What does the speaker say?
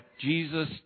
Jesus